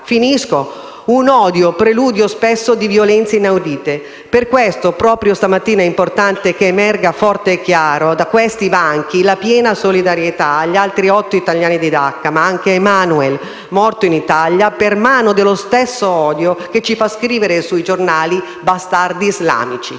intolleranza, preludio spesso di violenze inaudite. Per questo, proprio stamattina è importante che emerga forte e chiaro da questi banchi la piena solidarietà agli altri otto italiani di Dacca, ma anche a Emmanuel, morto in Italia per mano dello stesso odio che ci fa scrivere sui giornali «Bastardi Islamici».